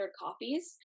copies